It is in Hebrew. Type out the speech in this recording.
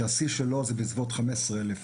שהשיא שלו הוא בסביבות ה-15 אלף